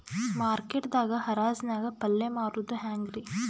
Market ದಾಗ್ ಹರಾಜ್ ನಾಗ್ ಪಲ್ಯ ಮಾರುದು ಹ್ಯಾಂಗ್ ರಿ?